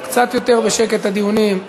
קצת יותר בשקט, את הדיונים.